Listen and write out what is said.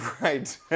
right